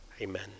Amen